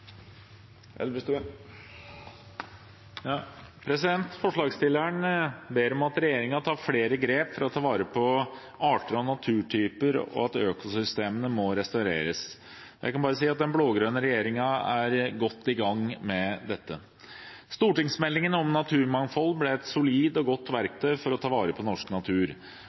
Forslagsstilleren ber om at regjeringen tar flere grep for å ta vare på arter og naturtyper, og at økosystemene må restaureres. Den blå-grønne regjeringen er godt i gang med dette. Stortingsmeldingen om naturmangfold ble et solid og godt verktøy for å ta vare på norsk natur.